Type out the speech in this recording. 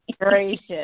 Gracious